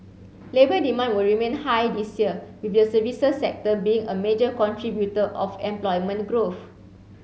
labor demand will remain high this year with the services sector being a major contributor of employment growth